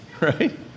Right